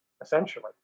Essentially